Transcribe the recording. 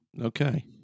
Okay